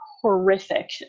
horrific